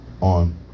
on